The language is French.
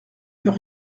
peux